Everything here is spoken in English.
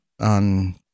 on